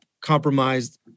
compromised